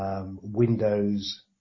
Windows